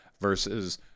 versus